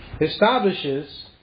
establishes